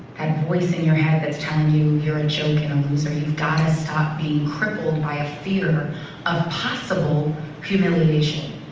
and voice in your head that's telling you you're a and joke and a loser. you got to stop being crippled by a fear of possible humiliation.